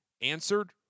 answered